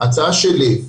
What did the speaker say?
הצעה שלי,